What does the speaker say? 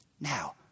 Now